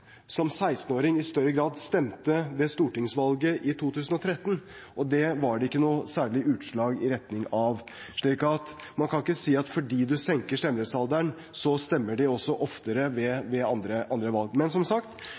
som 16-åringer, i større grad stemte ved stortingsvalget i 2013. Det var det ikke noe særlig utslag i retning av. Så man kan ikke si at fordi man senker stemmerettsalderen, stemmer de også oftere ved andre valg. Som sagt: